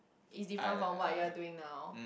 is different from what you're doing now